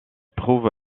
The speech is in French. prouve